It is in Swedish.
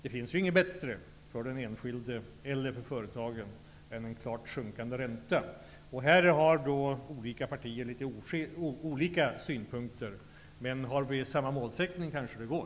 Det finns inget bättre för den enkilde eller för företagen än en klart sjunkande ränta. Olika partier har litet olika synpunkter kring detta, men om vi har samma målsättning kanske det går.